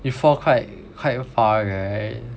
you fall quite quite far right